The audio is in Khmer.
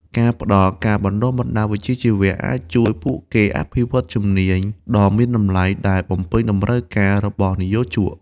ការផ្តល់ការបណ្ដុះបណ្ដាលវិជ្ជាជីវៈអាចជួយពួកគេអភិវឌ្ឍជំនាញដ៏មានតម្លៃដែលបំពេញតម្រូវការរបស់និយោជក។